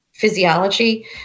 Physiology